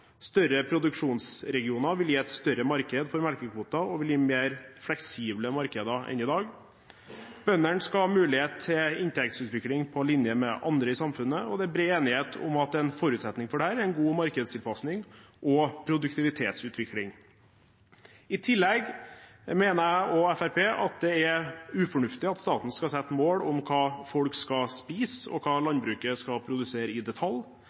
Større produksjonsregioner vil gi et større marked for melkekvoter og vil gi mer fleksible markeder enn i dag. Bøndene skal ha mulighet til inntektsutvikling på linje med andre i samfunnet, og det er bred enighet om at en forutsetning for det er en god markedstilpasning og produktivitetsutvikling. I tillegg mener jeg og Fremskrittspartiet at det er ufornuftig at staten skal sette mål om hva folk skal spise, og hva landbruket skal produsere i detalj.